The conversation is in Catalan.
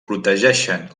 protegeixen